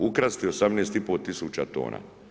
Ukrasti 18,5 tisuća tona.